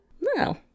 No